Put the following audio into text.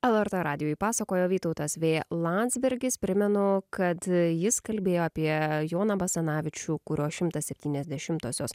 lrt radijui pasakojo vytautas v landsbergis primenu kad jis kalbėjo apie joną basanavičių kurio šimtas septyniasdešimtosios